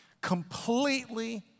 Completely